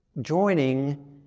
joining